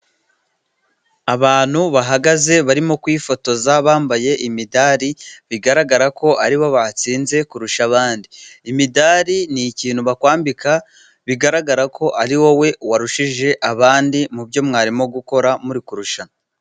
Abantu bahagaze barimo kwifotoza bambaye imidari bigaragarko aribo batsinze kurusha abandi. Imidari ni ikintu bakwambika bigaragarako ari wowe warushije abandi, mu byo mwarimo gukora muri kurushanwa.